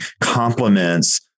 compliments